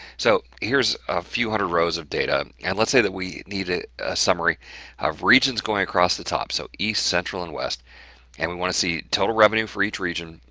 so, here's a few hundred rows of data and let's say that we need a summary of regions, going across the top. so east central and west and we want to see total revenue for each region.